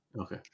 Okay